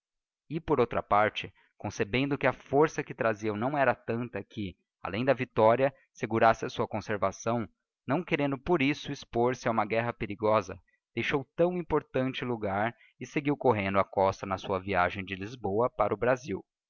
e por outra parte concebendo que a força que traziam não era tanta que alem da victoria segurasse a sua conservação não querendo por isso expôr se a uma guerra perigosa deixou tão importantelogar e seguiu correndo a costa na sua viagem de lisboa para o brasil